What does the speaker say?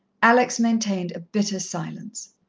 alex maintained a bitter silence.